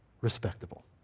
Respectable